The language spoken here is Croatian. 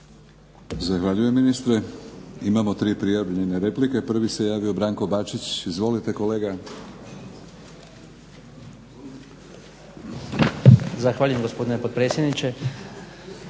Zahvaljujem ministre. Imamo tri prijavljene replike. Prvi se javio Branko Bačić, izvolite kolega. **Bačić, Branko (HDZ)** Zahvaljujem gospodine potpredsjedniče.